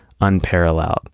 unparalleled